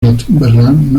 northumberland